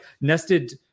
nested